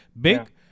big